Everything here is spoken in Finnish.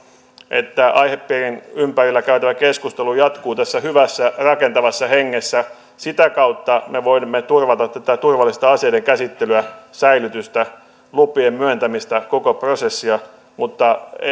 että aihepiirin ympärillä käytävä keskustelu jatkuu tässä hyvässä rakentavassa hengessä sitä kautta me voimme turvata tätä turvallista aseiden käsittelyä säilytystä lupien myöntämistä koko prosessia mutta